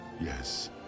Yes